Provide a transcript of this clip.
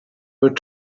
were